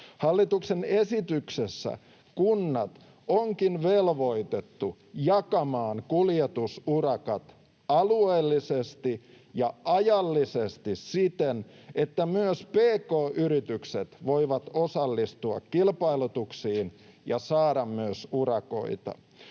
Hallituksen esityksessä kunnat onkin velvoitettu jakamaan kuljetusurakat alueellisesti ja ajallisesti siten, että myös pk-yritykset voivat osallistua kilpailutuksiin ja saada myös urakoita.